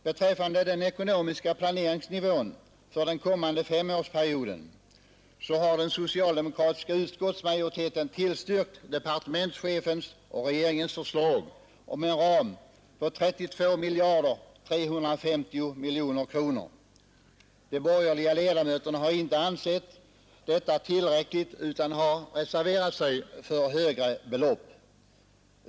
Beträffande den ekonomiska planeringsnivån för den kommande femårsperioden har den socialdemokratiska utskottsmajoriteten tillstyrkt departementschefens och regeringens förslag om en ram på 32 miljarder 350 miljoner kronor. De borgerliga ledamöterna har inte funnit detta tillräckligt utan har reserverat sig för högre belopp.